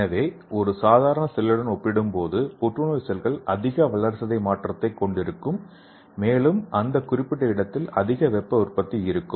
எனவே ஒரு சாதாரண செல்லுடன் ஒப்பிடும்போது புற்றுநோய் செல்கள் அதிக வளர்சிதை மாற்றத்தைக் கொண்டிருக்கும் மேலும் அந்த குறிப்பிட்ட இடத்தில் அதிக வெப்ப உற்பத்தி இருக்கும்